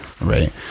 right